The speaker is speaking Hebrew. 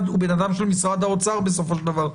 הוא בן אדם של משרד האוצר בסופו של דבר.